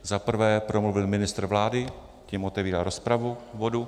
Za prvé promluvil ministr vlády, tím otevírá rozpravu k bodu.